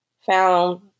Found